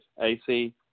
AC